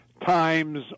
times